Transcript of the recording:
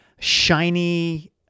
shiny